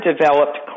developed